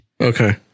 Okay